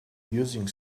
using